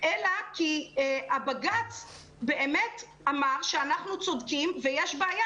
אלא כי בג"צ באמת אמר שאנחנו צודקים ויש בעיה